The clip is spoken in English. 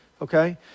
okay